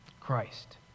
Christ